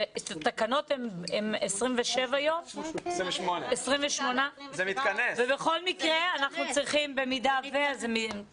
שהתקנות הן 28 יום ובכל מקרה --- זה מתכנס, זה